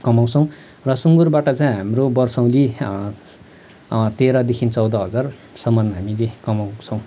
कमाउँछौँ र सुँगुरबाट चाहिँ हाम्रो बर्सेनी तेह्रदेखि चौध हजारसम्म हामीले कमाउँछौँ